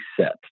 set